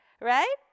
Right